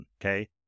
okay